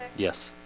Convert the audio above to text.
yes.